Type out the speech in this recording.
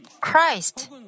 Christ